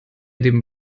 den